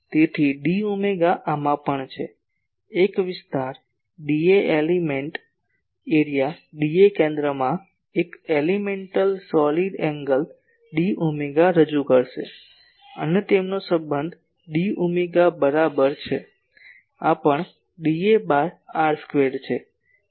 તેથી d omega આમાં પણ છે એક વિસ્તાર dA એલિમેન્ટલ એરિયા dA કેન્દ્રમાં એક એલિમેન્ટલ સોલિડ ખૂણો d ઓમેગા રજૂ કરશે અને તેમનો સંબંધ d ઓમેગા બરાબર છે આ પણ dA બાય r સ્ક્વેર છે આટલું મને જોઈએ છે